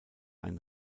ein